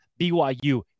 BYU